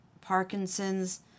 parkinson's